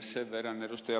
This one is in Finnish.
sen verran ed